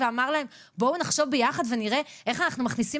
ואמר להם 'בואו נחשוב ביחד ונראה איך אנחנו מכניסים